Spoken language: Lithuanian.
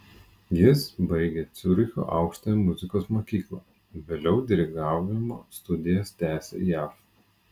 jis baigė ciuricho aukštąją muzikos mokyklą vėliau dirigavimo studijas tęsė jav